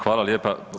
Hvala lijepa.